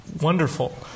wonderful